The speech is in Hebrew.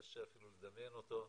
קשה אפילו לדמיין אותו,